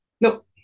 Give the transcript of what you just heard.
No